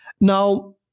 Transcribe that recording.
Now